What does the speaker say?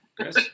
Chris